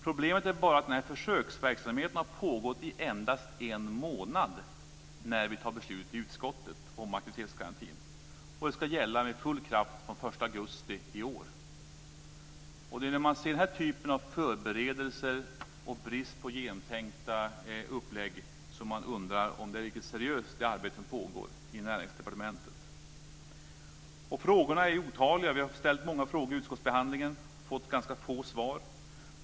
Problemet är bara att den här försöksverksamheten har pågått i endast en månad när vi i utskottet fattar beslut om aktivitetsgarantin. Och det ska gälla med full kraft från den 1 augusti i år. Det är när man ser den här typen av förberedelser och brist på genomtänkta upplägg som man undrar om det arbete som pågår i Näringsdepartementet är riktigt seriöst. Frågorna är otaliga. Vi har ställt många frågor i utskottsbehandlingen och fått ganska få svar.